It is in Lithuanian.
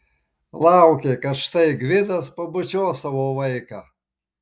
laukė kad štai gvidas pabučiuos savo vaiką